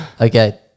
Okay